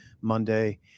Monday